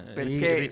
perché